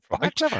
Right